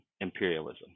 imperialism